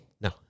No